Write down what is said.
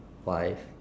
wife